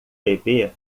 bebê